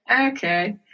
Okay